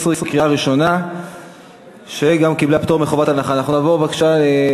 התקבלה ותעבור לוועדת הפנים להכנה לקריאה שנייה